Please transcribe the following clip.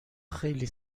خیلی